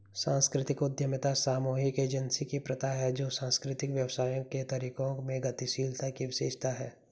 सांस्कृतिक उद्यमिता सामूहिक एजेंसी की प्रथा है जो सांस्कृतिक व्यवसायों के तरीकों में गतिशीलता की विशेषता है